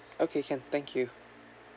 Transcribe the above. okay can thank you